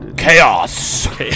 chaos